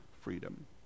freedom